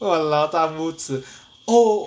!walao! 大拇指 oh